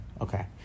okay